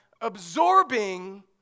absorbing